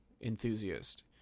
enthusiast